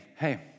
hey